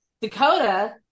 dakota